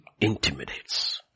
Intimidates